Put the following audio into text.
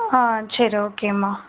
ஆ சரி ஓகேம்மா